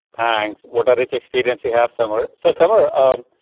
thanks, water rich experience you have somewhere so summer um